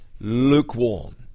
lukewarm